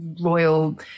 royal